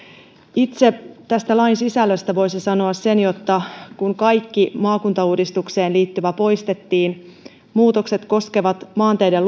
itse tästä lain sisällöstä voisi sanoa sen että kun kaikki maakuntauudistukseen liittyvä poistettiin niin muutokset koskevat maanteiden